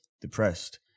depressed